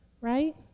Right